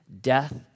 death